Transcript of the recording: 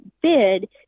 bid